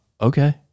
okay